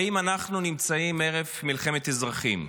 האם אנחנו נמצאים ערב מלחמת אזרחים.